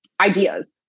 ideas